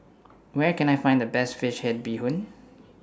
Where Can I Find The Best Fish Head Bee Hoon